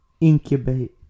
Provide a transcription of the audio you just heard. incubate